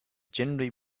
generally